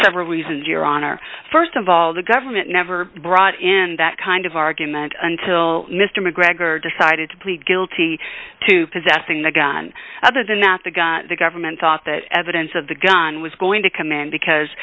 several reasons your honor st of all the government never brought in that kind of argument until mr mcgregor decided to plead guilty to possessing the gun other than not the got the government thought that evidence of the gun was going to come in because